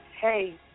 hey